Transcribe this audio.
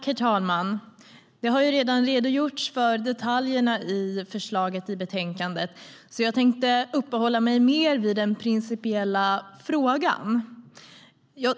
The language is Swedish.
Herr talman! Det har redan redogjorts för detaljerna i förslaget i betänkandet, så jag tänkte uppehålla mig mer vid den principiella frågan.